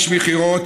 איש מכירות,